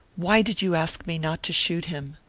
why did you ask me not to shoot him?